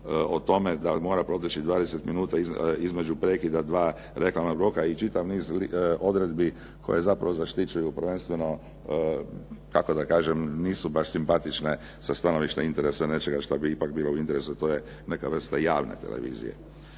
o tome da li mora proći 20 minuta između prekida dva reklamna roka i čitav niz odredbi koje zapravo zaštićuju prvenstveno kako da kažem, nisu baš simpatične sa stanovišta interesa nečega što bi bilo ipak u interesu. To je neka vrsta javne televizije.